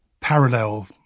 parallel